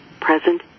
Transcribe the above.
present